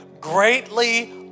greatly